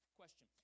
question